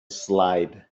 slide